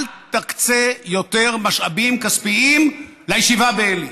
אל תקצה יותר משאבים כספיים לישיבה בעלי.